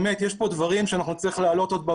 אפשר לבצע את זה.